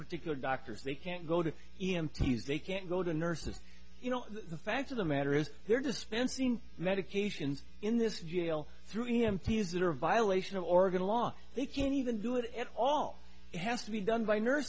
particular doctors they can't go to e m t they can't go to nurses you know the fact of the matter is they're dispensing medications in this jail through him to use that are a violation of oregon law they can't even do it at all it has to be done by nurse